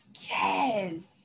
Yes